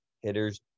hitters